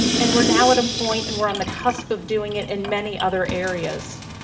and we're now at a point and we're on the cusp of doing it in many other areas.